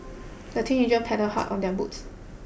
the teenagers paddled hard on their boat